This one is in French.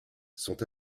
sont